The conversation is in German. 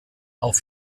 auf